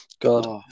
God